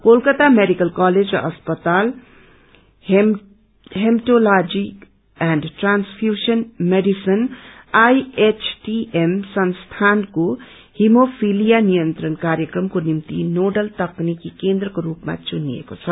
Calcutta medical college र अस्पताल haematology and transfusion medicine IHTM संस्थानको हिमोफिलिया नियन्त्रण कार्यक्रमको निम्ति तकनिकी केन्द्रको स्पमा घुनिएको छ